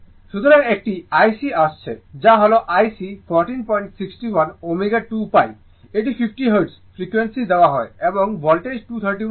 সুতরাং এই একটি IC আসছে যা হল I C 1461 ω 2 pi এটি 50 হার্টজ ফ্রিকোয়েন্সি দেওয়া হয় এবং ভোল্টেজ 231 হয়